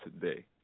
today